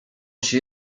się